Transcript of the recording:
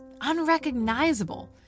unrecognizable